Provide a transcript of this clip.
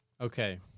Okay